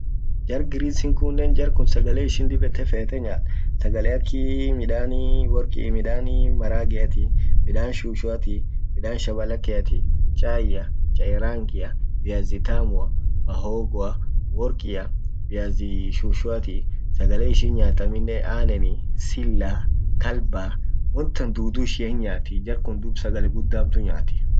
Jae Greece in kunnen sagal ishin dib ete fete nyaat, sagale aki midan, worki midani marageati, midan shushuati, midan shabalakeati, chaia, chai rangia, viazi tamua, mahogoa, workia, viazi shushuati, sagale ishin nyaat amminen aneni, silla, qalba, won tan dudu ishia hin yaati jar kun dub sagale gudda hamtu nyaati.